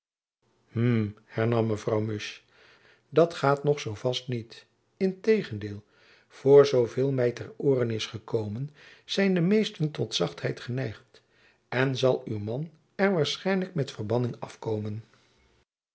hm hernam mevrouw musch dat gaat nog zoo vast niet integendeel voor zoo veel my ter ooren is gekomen zijn de meesten tot zachtheid geneigd en zal uw man er waarschijnlijk met verbanning afkomen